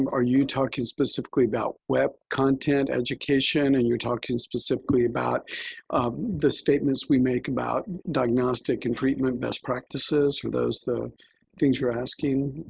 um are you talking specifically about web content, education? are and you talking specifically about the statements we make about diagnostic and treatment best practices? are those the things you're asking?